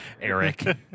Eric